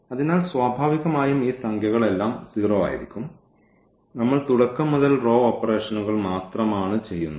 അതിനാൽ സ്വാഭാവികമായും ഈ സംഖ്യകൾ എല്ലാം 0 ആയിരിക്കും നമ്മൾ തുടക്കം മുതൽ റോ ഓപ്പറേഷനുകൾ മാത്രമാണ് ചെയ്യുന്നത്